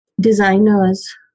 designers